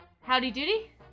Howdy-doody